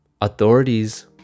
Authorities